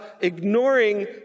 ignoring